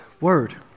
word